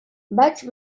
vaig